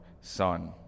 son